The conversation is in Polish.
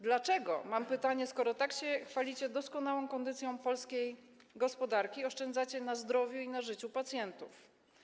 Dlaczego, mam pytanie, skoro tak się chwalicie doskonałą kondycją polskiej gospodarki, oszczędzacie na zdrowiu i życiu pacjentów?